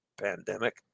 pandemic